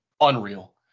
unreal